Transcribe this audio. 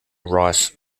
rice